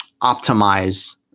optimize